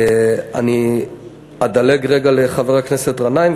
אני אדלג רגע לחבר הכנסת גנאים,